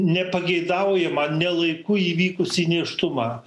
nepageidaujamą ne laiku įvykusį nėštumą